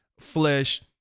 flesh